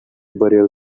burial